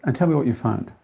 and tell me what you found?